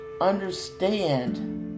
understand